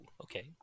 Okay